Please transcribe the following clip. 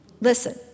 Listen